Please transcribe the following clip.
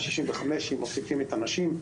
265 מיליון שקל אם מוסיפים את הנשים,